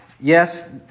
Yes